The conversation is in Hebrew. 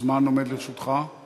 הזמן העומד לרשותך הוא